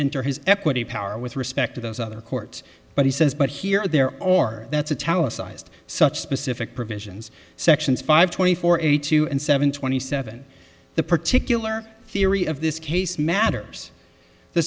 enter his equity power with respect to those other courts but he says but here there or that's a tallis ised such specific provisions sections five twenty four eight two and seven twenty seven the particular theory of this case matters the